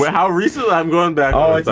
how recently? i'm going back oh, wow,